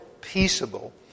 peaceable